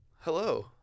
hello